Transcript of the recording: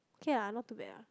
okay lah not too bad lah